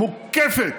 מוקפת